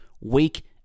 weak